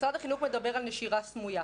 משרד החינוך מדבר על נשירה סמויה.